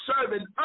serving